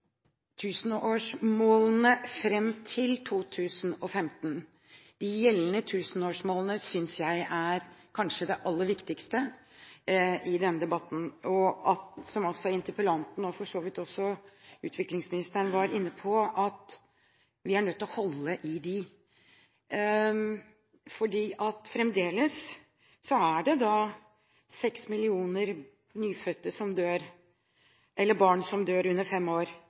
tusenårsmålene fram til 2015 synes jeg kanskje er det aller viktigste i denne debatten, og interpellanten og for så vidt også utviklingsministeren var inne på at vi er nødt til å holde i dem. Fremdeles er det 6 millioner barn under fem år som dør. Det er fremdeles 61 millioner barn som